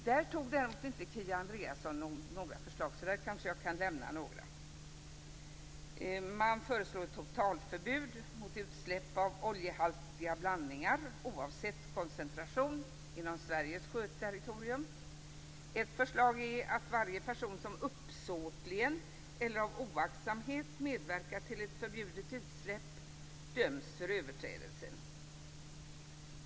Här redogjorde inte Kia Andreasson för några förslag. Jag kanske kan nämna några. Man föreslår totalförbud mot utsläpp av oljehaltiga blandningar oavsett koncentration inom Sveriges sjöterritorium. Ett förslag är att varje person som uppsåtligen eller av oaktsamhet medverkar till ett förbjudet utsläpp döms för överträdelsen.